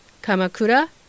Kamakura